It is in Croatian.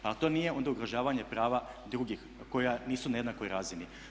Pa jel' to nije onda ugrožavanje prava drugih koja nisu na jednakoj razini.